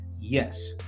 yes